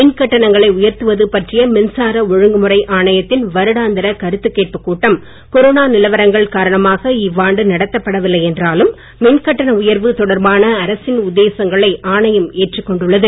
மின் கட்டணங்களை உயர்த்துவது பற்றிய மின்சார ஒழுங்குமுறை ஆணையத்தின் வருடாந்திர கருத்து கேட்புக் கூட்டம் கொரோனா நிலவரங்கள் காரணமாக இவ்வாண்டு நடத்தப்படவில்லை என்றாலும் மின் கட்டண தொடர்பான அரசின் உயர்வு உத்தேசங்களை ஆணையம் ஏற்றுக் கொண்டுள்ளது